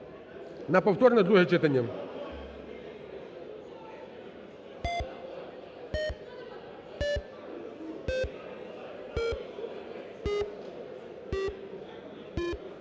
на повторне друге читання.